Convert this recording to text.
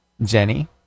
jenny